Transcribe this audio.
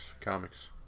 Comics